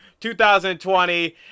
2020